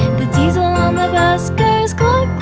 the diesel on the bus goes glug,